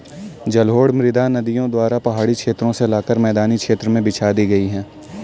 जलोढ़ मृदा नदियों द्वारा पहाड़ी क्षेत्रो से लाकर मैदानी क्षेत्र में बिछा दी गयी है